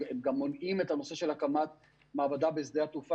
הם גם מונעים את הקמת מעבדה בשדה התעופה